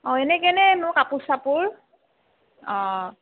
অঁ এনে কেনেনো কাপোৰ চাপোৰ